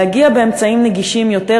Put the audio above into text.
להגיע באמצעים נגישים יותר,